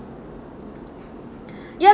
ya